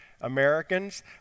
Americans